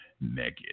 naked